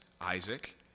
Isaac